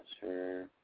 sure